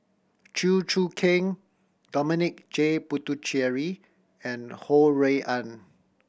Chew Choo Keng Dominic J Puthucheary and Ho Rui An